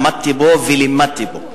למדתי בו ולימדתי בו,